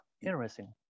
interesting